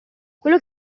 quello